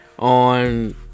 On